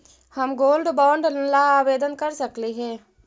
हम gold bond ला आवेदन कर सकली हे?